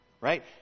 right